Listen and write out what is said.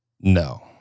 no